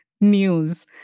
news